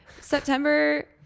September